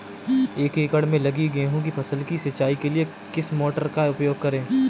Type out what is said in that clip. एक एकड़ में लगी गेहूँ की फसल की सिंचाई के लिए किस मोटर का उपयोग करें?